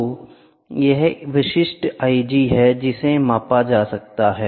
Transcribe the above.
तो यह विशिष्ट Ig है जिसे मापा जा सकता है